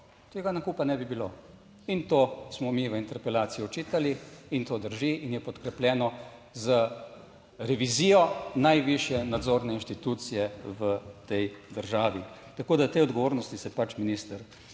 tega nakupa ne bi bilo. In to smo mi v interpelaciji očitali in to drži in je podkrepljeno z revizijo najvišje nadzorne inštitucije v tej državi. Tako da, te odgovornosti se pač minister